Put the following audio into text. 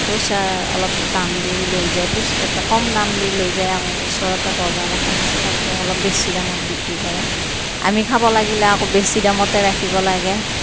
পইচাৰ অলপ দাম দি লৈ যায় কম দাম দি লৈ যায় ওচৰতে বজাৰ এখন আছে তাতে অলপ বেছি দামত বিক্ৰী কৰে আমি খাব লাগিলে আকৌ বেছি দামতে ৰাখিব লাগে